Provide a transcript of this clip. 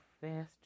faster